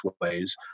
ways